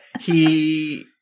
He-